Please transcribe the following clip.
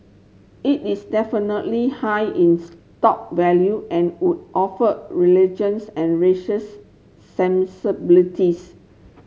it is definitely high in stock value and would offer religions and sensibilities